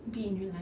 be in real life